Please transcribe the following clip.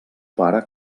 pare